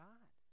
God